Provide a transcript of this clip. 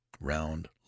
round